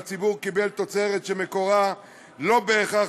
והציבור קיבל תוצרת שמקורה לא בהכרח